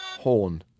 Horn